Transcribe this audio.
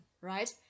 right